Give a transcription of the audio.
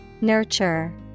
Nurture